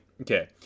okay